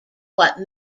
what